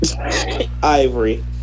Ivory